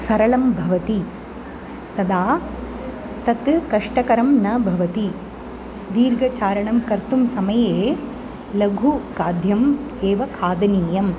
सरलं भवति तदा तत् कष्टकरं न भवति दीर्घचारणं कर्तुं समये लघुखाद्यम् एव खादनीयम्